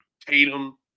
Tatum